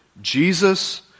Jesus